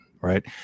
right